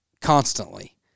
constantly